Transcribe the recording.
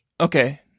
okay